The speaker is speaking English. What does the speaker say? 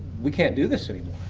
we can't do this anymore!